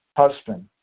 husband